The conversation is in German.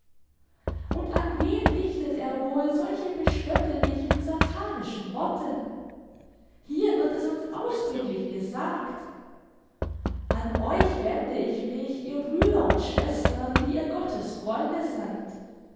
und an wen richtet er wohl solche bespöttelichen satanischen worte hier wird es uns ausdrücklich gesagt an euch wende ich mich ihr brüder und schwestern die ihr gottes freunde seid